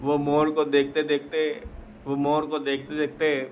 वह मोर को देखते देखते वह मोर को देखते देखते